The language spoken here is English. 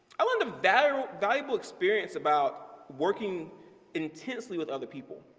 i learned a valuable valuable experience about working intensely with other people.